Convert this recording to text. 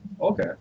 Okay